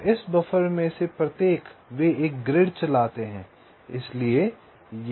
और इस बफ़र में से प्रत्येक वे एक ग्रिड चलाते हैं